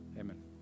amen